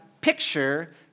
picture